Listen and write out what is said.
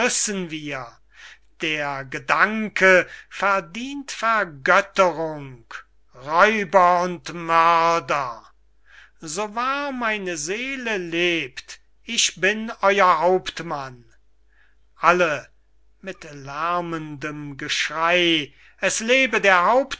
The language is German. der gedanke verdient vergötterung räuber und mörder so wahr meine seele lebt ich bin euer hauptmann alle mit lärmendem geschrey es lebe der